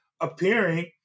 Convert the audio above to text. appearing